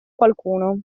qualcuno